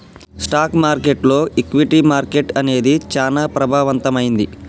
stock మార్కెట్టులో equity market అనేది చానా ప్రభావవంతమైంది